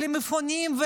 למפונים,